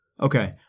Okay